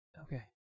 Okay